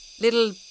little